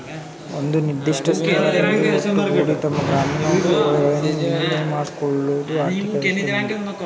ಒಂದು ನಿರ್ದಿಷ್ಟ ಸ್ಥಳದಲ್ಲಿ ಒಟ್ಟುಗೂಡಿ ತಮ್ಮ ಗ್ರಾಮೀಣ ಹುಟ್ಟುವಳಿಗಳನ್ನು ವಿನಿಮಯ ಮಾಡ್ಕೊಳ್ಳೋ ಆರ್ಥಿಕ ವ್ಯವಸ್ಥೆ ಮಂಡಿ